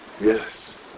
Yes